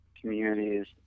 communities